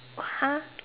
!huh!